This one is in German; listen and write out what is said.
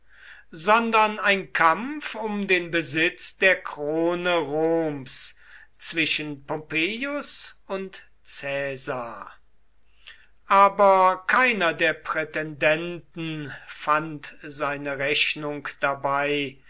sondern ein kampf um den besitz der krone roms zwischen pompeius und caesar aber keiner der prätendenten fand seine rechnung dabei